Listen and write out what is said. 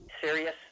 serious